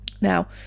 now